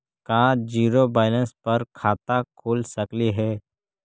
का zero balance पर खाता खुल सकले हे?